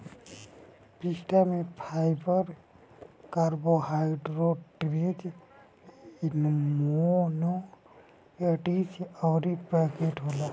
पिस्ता में fibre, carbohydrate, amino acid अउरी फैट होला